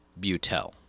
Butel